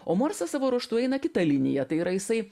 o morsas savo ruožtu eina kita linija tai yra jisai